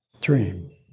dream